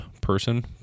person